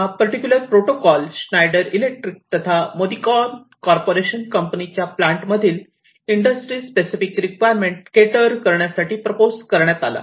हा particular protocol Schneider Electric तथा Modicon corporation कंपनीच्या प्लांट मधील इंडस्ट्री स्पेसिफिक रिक्वायरमेंट केटर करण्यासाठी प्रपोज करण्यात आला